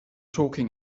talking